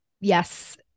yes